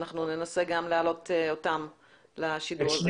אנחנו ננסה גם להעלות אותם לשידור הזה.